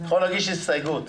יכול להגיש הסתייגות.